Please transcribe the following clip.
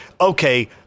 okay